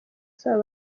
zabo